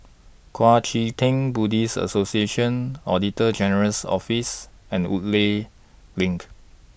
Kuang Chee Tng Buddhist Association Auditor General's Office and Woodleigh LINK